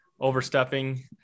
overstepping